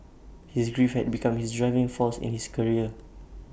his grief had become his driving force in his career